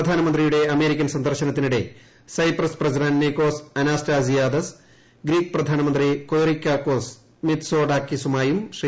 പ്രധാനമന്ത്രിയുടെ അമേരിക്കൻ സന്ദർശനത്തിനിടെ Cyprus president Nicos Anastasiades Greek പ്രധാനമന്ത്രി കൊയ്റിയാക്കോസ് മിറ്റ്സോടാക്കിസുമായും ശ്രീ